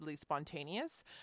spontaneous